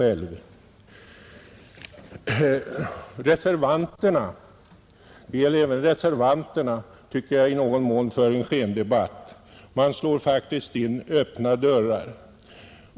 Även reservanterna för i någon mån en skendebatt — de slår faktiskt in öppna dörrar.